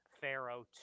Pharaoh